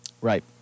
Right